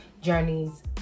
journeys